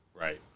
Right